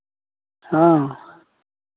हँ